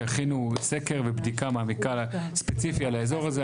שיכינו סקר ובדיקה מעמיקה ספציפית על האזור הזה.